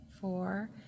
four